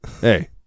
Hey